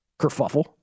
kerfuffle